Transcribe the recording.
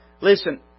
Listen